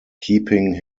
keeping